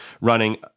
running